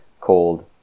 called